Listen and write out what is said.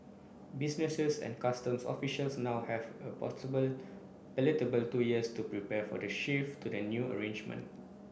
businesses and customs officials now have a palatable a little bit two years to prepare for the shift to the new arrangement